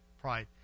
pride